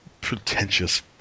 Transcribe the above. pretentious